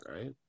right